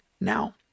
now